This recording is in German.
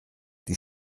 die